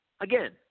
again